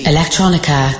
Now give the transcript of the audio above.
Electronica